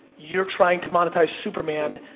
you're trying to monetize superman,